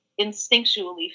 instinctually